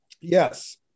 Yes